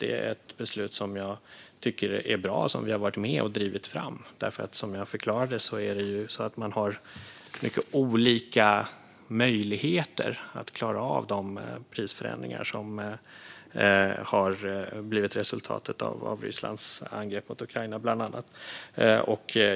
Det är ett beslut som jag tycker är bra och som vi har varit med och drivit fram. Som jag förklarade har ju människor mycket olika möjligheter att klara av de prisförändringar som har blivit resultatet av Rysslands angrepp på Ukraina, bland annat.